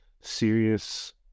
serious